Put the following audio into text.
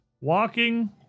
walking